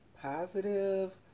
positive